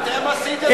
אתם עשיתם את זה.